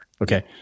Okay